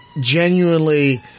genuinely